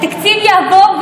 התקציב יעבור,